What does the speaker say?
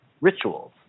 rituals